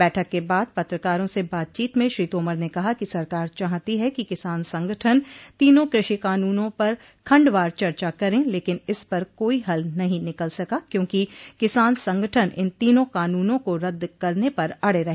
बैठक के बाद पत्रकारों से बातचीत में श्री तोमर ने कहा कि सरकार चाहती है कि किसान संगठन तीनों कृषि कानूनों पर खंडवार चर्चा करें लेकिन इस पर कोई हल नहीं निकल सका क्योंकि किसान संगठन इन तीनों कानूनों को रद्द करने पर अड़े रहे